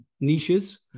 Niches